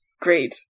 Great